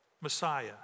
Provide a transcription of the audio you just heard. Messiah